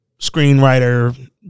screenwriter